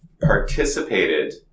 participated